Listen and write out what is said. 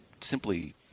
simply